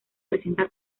presenta